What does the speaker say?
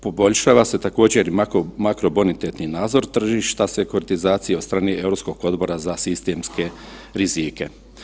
Poboljšava se također i makrobonitetni nadzor tržišta sekuratizacije od strane Europskog odbora za sistemske rizike.